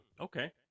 Okay